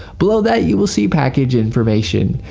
below that you will see package information.